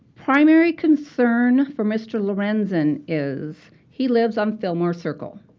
primary concern for mr. lorenzen is he lives on fillmore circle.